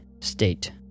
State